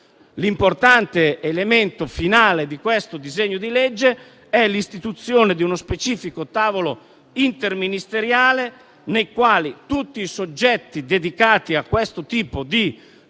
l'importante elemento finale di questo disegno di legge è l'istituzione di uno specifico tavolo interministeriale, al quale tutti i soggetti dedicati a questo tipo di